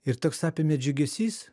ir toks apėmė džiugesys